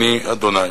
אני ה'".